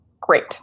Great